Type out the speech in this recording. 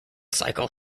cycle